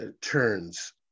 Turns